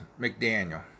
McDaniel